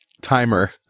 timer